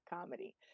comedy